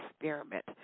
Experiment